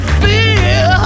fear